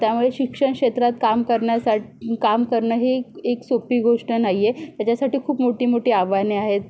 त्यामुळे शिक्षण क्षेत्रात काम करण्यासा काम करणं ही एक सोपी गोष्ट नाही आहे त्याच्यासाठी खूप मोठी मोठी आव्हाने आहेत